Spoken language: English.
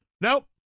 Nope